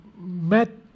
met